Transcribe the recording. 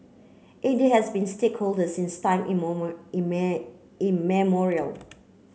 India has been stakeholder since time immemorial